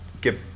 get